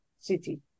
city